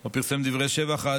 או פרסם דברי שבח,